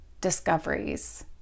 discoveries